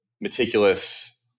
meticulous